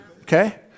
Okay